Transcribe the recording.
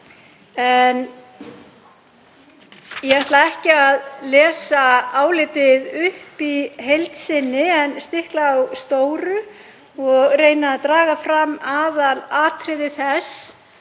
Ég ætla ekki að lesa álitið upp í heild sinni en stikla á stóru og reyna að draga fram aðalatriði þess